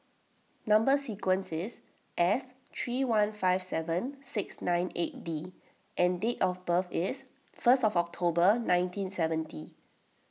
Number Sequence is S three one five seven six nine eight D and date of birth is first of October nineteen seventy